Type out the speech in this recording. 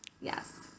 Yes